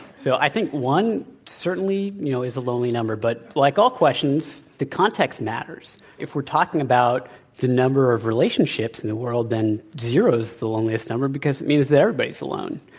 so, i think one certainly, you know, is a lonely number. but like all questions, the context matters. so, if we're talking about the number of relationships in the world, then zero is the loneliest number because it means that everybody's alone.